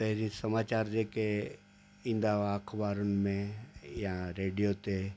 पहिरीं समाचारु जे के ईंदा हुआ अख़बारुनि में या रेडियो ते